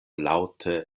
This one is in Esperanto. laŭte